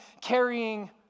carrying